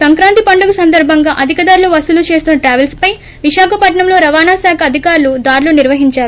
సంక్రాంతి పండుగ సందర్బంగా అధిక ధరలు వసూళ్ళు చేస్తున్న ట్రాపెల్స్ ప్తె విశాఖపట్నం లో రవాణాశాఖ అధికారులు దాడులు నిర్వహించారు